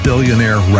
Billionaire